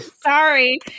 Sorry